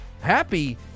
happy